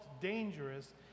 dangerous